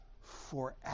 forever